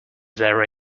there